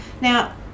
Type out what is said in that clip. Now